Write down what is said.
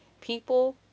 people